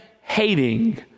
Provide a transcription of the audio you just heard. hating